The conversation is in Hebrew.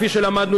כפי שלמדנו,